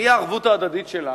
מי הערבות ההדדית שלנו?